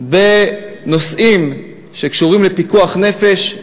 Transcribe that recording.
בנושאים שקשורים לפיקוח נפש,